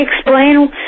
explain